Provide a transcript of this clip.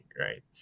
right